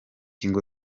ngo